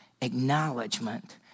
acknowledgement